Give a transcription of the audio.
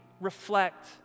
reflect